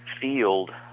field